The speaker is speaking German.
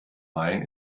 main